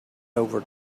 over